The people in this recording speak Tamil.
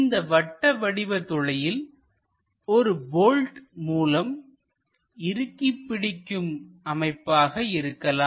இந்த வட்ட வடிவ துளையில் ஒரு போல்ட் மூலம் இறுக்கிப் பிடிக்கும் அமைப்பாக இருக்கலாம்